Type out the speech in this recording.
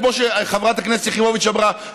כמו שחברת הכנסת יחימוביץ אמרה,